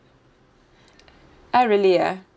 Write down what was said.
ah really ah